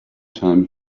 time